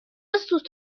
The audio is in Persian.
سوت